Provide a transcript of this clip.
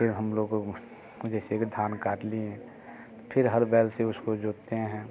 फिर हम लोग को जैसे कि धान काट लिए फिर हर बैल से उसको जोतते हैं